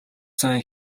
сайн